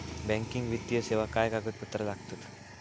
Banking वित्तीय सेवाक काय कागदपत्र लागतत?